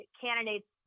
candidate's